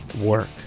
work